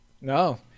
No